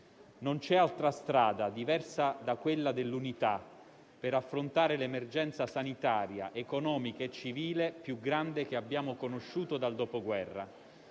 Non c'è altra strada diversa dall'unità per affrontare l'emergenza sanitaria, economica e civile più grande che abbiamo conosciuto dal Dopoguerra.